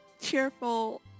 cheerful